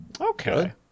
Okay